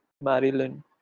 Maryland